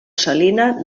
salina